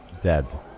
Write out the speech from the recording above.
dead